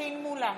פטין מולא,